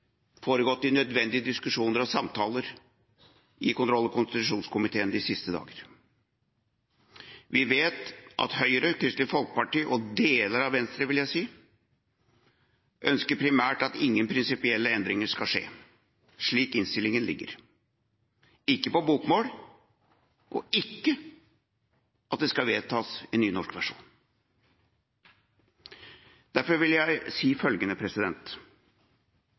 foregått nødvendige diskusjoner og samtaler i kontroll- og konstitusjonskomiteen de siste dager. Vi vet at Høyre, Kristelig Folkeparti og deler av Venstre, vil jeg si, primært ønsker at ingen prinsipielle endringer skal skje, slik innstillinga foreligger – ikke på bokmål og ikke at det skal vedtas en nynorsk versjon. Derfor vil jeg